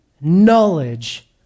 knowledge